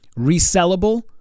resellable